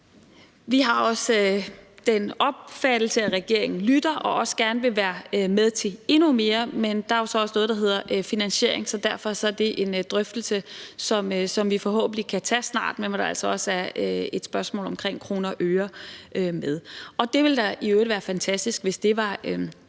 vi har også den opfattelse, at regeringen lytter og også gerne vil være med til endnu mere, men der er jo så også noget, der hedder finansiering, så derfor er det en drøftelse, som vi forhåbentlig kan tage snart, men hvor der altså også er et spørgsmål om kroner og øre med. Det ville da i øvrigt være fantastisk, hvis det var